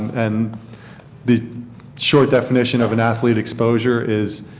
and the short definition of an athlete exposure is